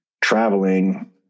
traveling